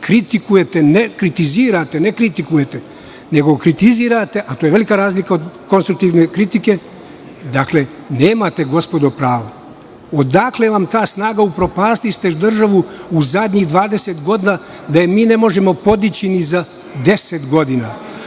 kritikujete, ne kritizirate, ne kritikujete, nego kritizirate, a to je velika razlika od konstruktivne kritike. Dakle, nemate gospodo pravo. Odakle vam ta snaga? Upropastili ste državu u zadnjih 20 godina, da je mi ne možemo podići ni za 10 godina.